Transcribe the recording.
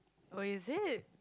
oh is it